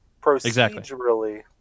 Procedurally